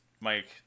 Mike